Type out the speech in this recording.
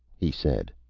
he said.